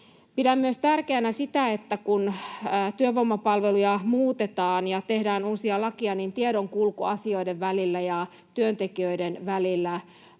Pidän myös tärkeänä sitä, että kun työvoimapalveluja muutetaan ja tehdään uusia lakeja, niin tiedonkulku asioiden välillä ja työntekijöiden välillä